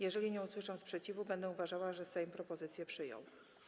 Jeżeli nie usłyszę sprzeciwu, będę uważała, że Sejm propozycje przyjął.